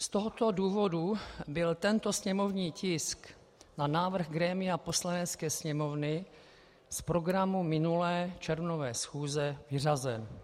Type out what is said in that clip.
Z tohoto důvodu byl tento sněmovní tisk na návrh grémia Poslanecké sněmovny z programu minulé červnové schůze vyřazen.